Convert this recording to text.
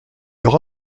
aura